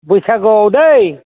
बैसागुआव दै